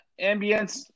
Ambience